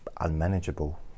unmanageable